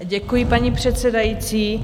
Děkuji, paní předsedající.